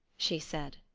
she said.